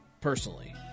personally